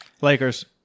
Lakers